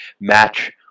match